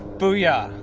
boo yeah!